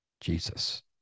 Jesus